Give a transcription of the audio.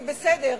זה בסדר,